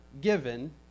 given